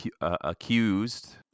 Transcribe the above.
accused